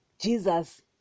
jesus